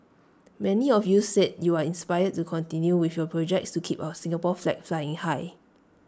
many of you said you are inspired to continue with your projects to keep our Singapore flag flying high